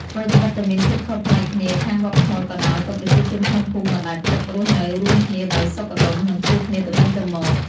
ថ្វីត្បិតតែមានភាពខុសប្លែកគ្នាខាងវប្បធម៌ក៏ដោយ ក៏ប្រជាជនក្នុងភូមិបណ្ដែតទឹករស់នៅរួមគ្នាដោយសុខដុមនិងជួយគ្នាទៅវិញទៅមក។